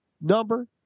number